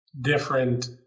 different